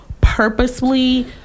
purposely